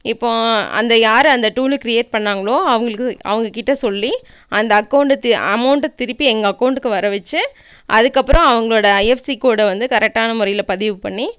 இப்போ அந்த யார் அந்த ட்டூலை கிரியேட் பண்ணாங்களோ அவங்களுக்கு அவங்கள்கிட்ட சொல்லி அந்த அக்கௌண்டுக்கு அமௌண்ட்டை திருப்பி எங்கள் அக்கௌண்டுக்கு வர வச்சு அதற்கப்பறம் அவங்களோட ஐஎஃப்சி கோட வந்து கரெக்டான முறையில் பதிவு பண்ணி